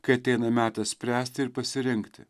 kai ateina metas spręsti ir pasirengti